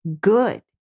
good